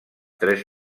tres